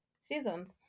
seasons